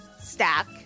stack